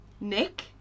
Nick